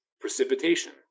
precipitation